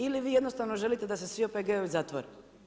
Ili vi jednostavno želite da se svi OPG-ovi zatvore?